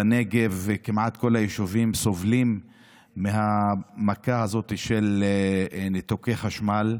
בנגב כמעט כל היישובים סובלים מהמכה הזאת של ניתוקי חשמל.